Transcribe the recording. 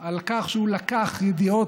על כך שהוא לקח ידיעות,